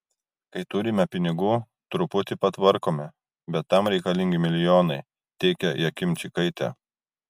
kai turime pinigų truputį patvarkome bet tam reikalingi milijonai teigia jakimčikaitė